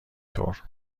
طور